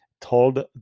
told